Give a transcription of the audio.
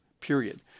period